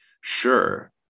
Sure